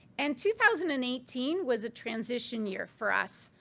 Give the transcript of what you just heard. and two thousand and eighteen was a transition year for us,